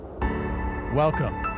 Welcome